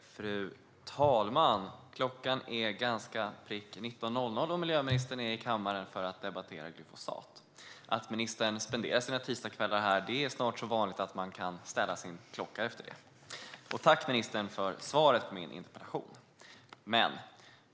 Fru talman! Klockan är nästan prick 19.00, och miljöministern är i kammaren för att debattera glyfosat. Att ministern spenderar sina tisdagskvällar här är snart så vanligt att man kan ställa sin klocka efter det. Tack, ministern, för svaret på min interpellation! Texten till